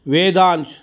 वेदांशः